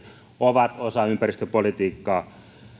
ovat osa ympäristöpolitiikkaa me